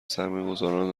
سرمایهگذاران